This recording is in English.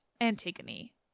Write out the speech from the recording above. Antigone